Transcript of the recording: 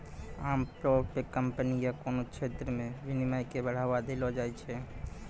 आमतौर पे कम्पनी या कोनो क्षेत्र मे विनियमन के बढ़ावा देलो जाय छै